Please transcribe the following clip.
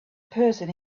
person